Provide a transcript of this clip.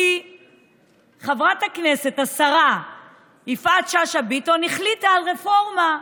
כי חברת הכנסת השרה יפעת שאשא ביטון החליטה על רפורמה.